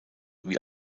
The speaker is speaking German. wie